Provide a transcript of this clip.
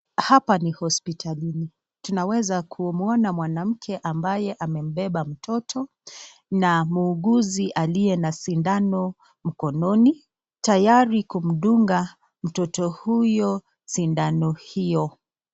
Hapa ni hospitalini tunaweza kuona mwanamke ambaye amembeba mtoto na muuguzi aliyebeba sindano mkononi tayari kumdunga mtoto huyo sindano hiyo.